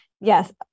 Yes